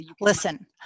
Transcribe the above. listen